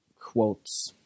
quotes